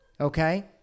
Okay